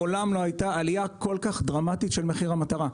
מעולם לא הייתה עליה כל כך דרמטית של מחיר המטרה.